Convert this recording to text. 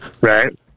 right